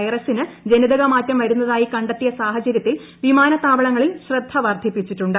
വൈറസിന് ജനിതക മാറ്റം വരുന്നതായി കണ്ടെത്തിയ സാഹചര്യത്തിൽ വിമാനത്താവളങ്ങളിൽ ശ്രദ്ധ വർധിപ്പിച്ചിട്ടുണ്ട്